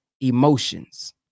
emotions